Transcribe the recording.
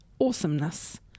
awesomeness